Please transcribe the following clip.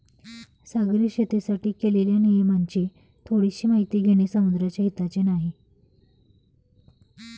सागरी शेतीसाठी केलेल्या नियमांची थोडीशी माहिती घेणे समुद्राच्या हिताचे नाही